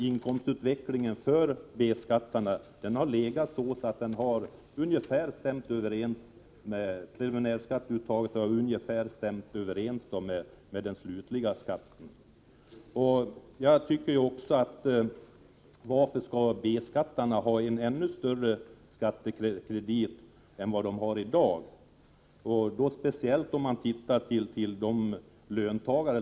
Inkomstutvecklingen för B-skattarna har legat så att preliminärskatteuttaget ungefär har stämt överens med den slutliga skatten. Varför skall B-skattarna ha en ännu större skattekredit än de har i dag?